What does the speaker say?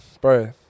bro